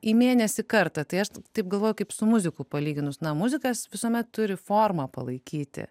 į mėnesį kartą tai aš taip galvoju kaip su muziku palyginus na muzikas visuomet turi formą palaikyti